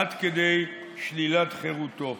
עד כדי שלילת חירותו.